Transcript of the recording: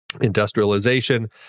Industrialization